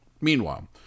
Meanwhile